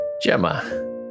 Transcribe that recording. Gemma